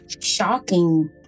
shocking